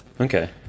okay